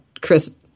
Chris